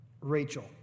Rachel